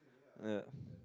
ya